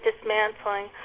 dismantling